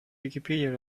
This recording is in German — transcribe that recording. wikipedia